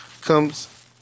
comes